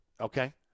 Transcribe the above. okay